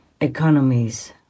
economies